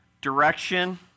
direction